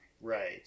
right